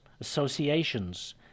associations